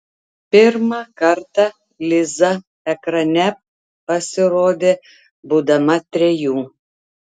pirmą kartą liza ekrane pasirodė būdama trejų